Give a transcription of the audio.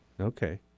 okay